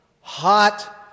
hot